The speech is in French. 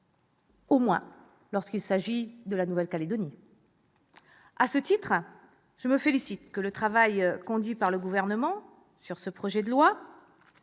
Au moins lorsqu'il s'agit de la Nouvelle-Calédonie ... À ce titre, je me félicite que le travail conduit par le Gouvernement sur ce projet de loi